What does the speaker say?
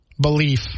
belief